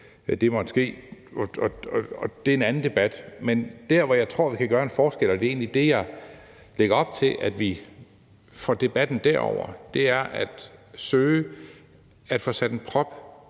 det måtte ske. Og det er en anden debat. Men der, hvor jeg tror vi kan gøre en forskel – og jeg lægger egentlig op til, at vi får debatten derover – er at søge at få sat en prop